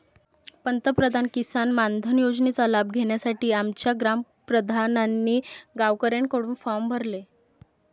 पंतप्रधान किसान मानधन योजनेचा लाभ घेण्यासाठी आमच्या ग्राम प्रधानांनी गावकऱ्यांकडून फॉर्म भरले